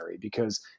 because-